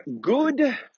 good